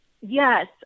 Yes